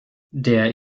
der